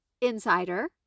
insider